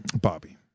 Bobby